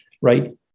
right